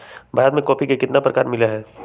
भारत में कॉफी के कितना प्रकार मिला हई?